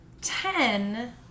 ten